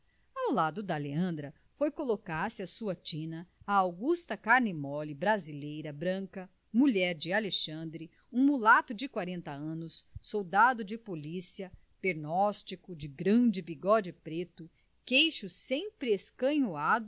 ao lado da leandra foi colocar-se à sua tina a augusta carne mole brasileira branca mulher de alexandre um mulato de quarenta anos soldado de policia pernóstico de grande bigode preto queixo sempre